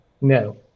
no